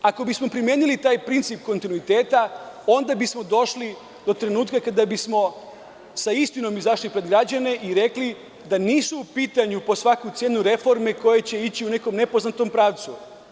Ako bismo primenili taj princip kontinuiteta, onda bismo došli do trenutka kada bismo sa istinom izašli pred građane i rekli da nisu u pitanju, po svaku cenu, reforme koje će ići u nekom nepoznatom pravcu.